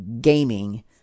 gaming